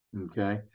Okay